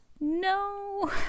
No